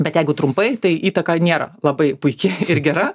bet jeigu trumpai tai įtaka nėra labai puiki ir gera